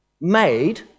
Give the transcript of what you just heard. made